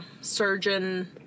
surgeon